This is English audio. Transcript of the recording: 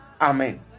Amen